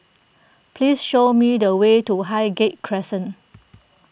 please show me the way to Highgate Crescent